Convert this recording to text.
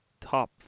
top